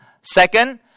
Second